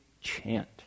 chant